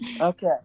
Okay